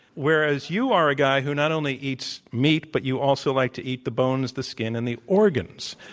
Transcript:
whereas you are a guy who not only eats meat, but you also like to eat the bones, the skin, and the organs.